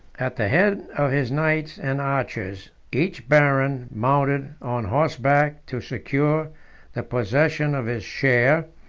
at the head of his knights and archers, each baron mounted on horseback to secure the possession of his share,